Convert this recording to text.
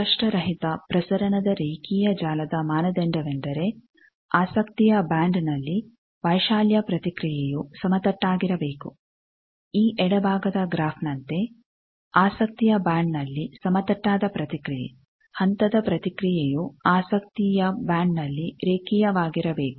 ಅಸ್ಪಷ್ಟ ರಹಿತ ಪ್ರಸರಣದ ರೇಖೀಯ ಜಾಲದ ಮಾನದಂಡವೆಂದರೆ ಆಸಕ್ತಿಯ ಬ್ಯಾಂಡ್ನಲ್ಲಿ ವೈಶಾಲ್ಯ ಪ್ರತಿಕ್ರಿಯೆಯು ಸಮತಟ್ಟಾಗಿರಬೇಕು ಈ ಎಡಭಾಗದ ಗ್ರಾಫ್ ನಂತೆ ಆಸಕ್ತಿಯ ಬ್ಯಾಂಡ್ನಲ್ಲಿ ಸಮತಟ್ಟಾದ ಪ್ರತಿಕ್ರಿಯೆ ಹಂತದ ಪ್ರತಿಕ್ರಿಯೆಯು ಆಸಕ್ತಿಯ ಬ್ಯಾಂಡ್ನಲ್ಲಿ ರೇಖೀಯವಾಗಿರಬೇಕು